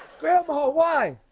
grandma, why?